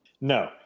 No